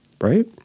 right